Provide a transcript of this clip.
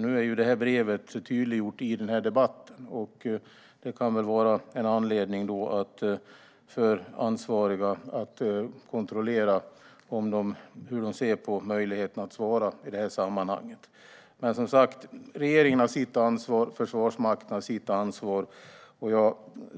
Nu har brevet gjorts tydligt i debatten. Det kan väl vara en anledning för ansvariga att kontrollera möjligheten att svara på brevet. Regeringen har sitt ansvar. Försvarsmakten har sitt ansvar. Jag